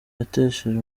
yatesheje